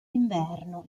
inverno